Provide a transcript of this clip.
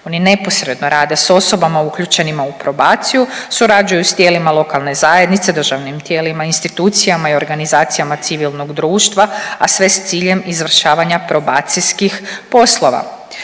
Oni neposredno rade s osobama uključenima u probaciju, surađuju s tijelima lokalne zajednice, državnim tijelima, institucijama i organizacijama civilnog društva, a sve s ciljem izvršavanja probacijskih poslova.